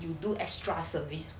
you do extra service